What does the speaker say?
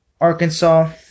Arkansas